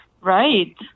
Right